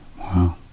wow